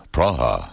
Praha